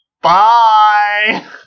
Bye